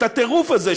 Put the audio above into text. את הטירוף הזה,